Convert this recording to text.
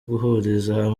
guhuriza